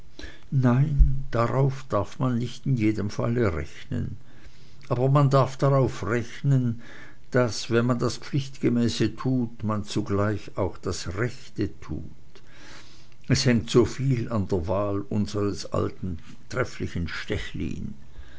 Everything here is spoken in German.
nein darauf darf man nicht in jedem falle rechnen aber man darf darauf rechnen daß wenn man das pflichtgemäße tut man zugleich auch das rechte tut es hängt soviel an der wahl unsers alten trefflichen stechlin